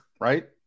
Right